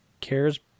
cares